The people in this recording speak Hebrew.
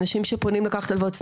אנשים שפונים לקחת הלוואות.